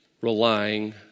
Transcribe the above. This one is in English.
relying